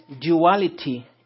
duality